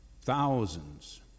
Thousands